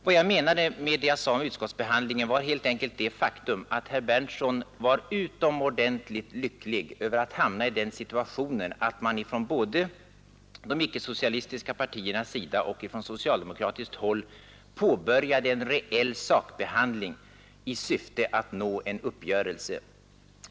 Vad jag menade med det jag sade om utskottsbehandlingen var helt enkelt, att herr Berndtson var utomordentligt lycklig för att han hamnat i den situationen att man från både de icke-socialistiska partiernas sida och från socialdemokratiskt håll påbörjade en reell sakbehandling i syfte att nå en uppgörelse.